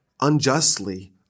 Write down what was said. unjustly